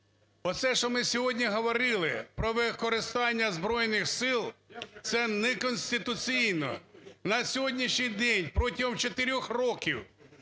Оце, що ми сьогодні говорили про використання Збройних Сил, це неконституційно. На сьогоднішній день протягом чотирьох років